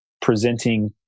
presenting